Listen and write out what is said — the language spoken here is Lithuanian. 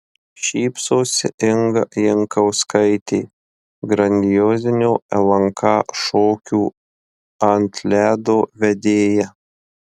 šypsosi inga jankauskaitė grandiozinio lnk šokių ant ledo vedėja